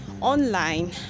online